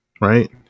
Right